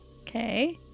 Okay